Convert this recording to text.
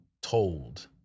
told